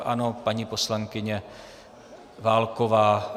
Ano, paní poslankyně Válková.